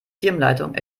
firmenleitung